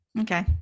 okay